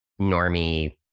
normie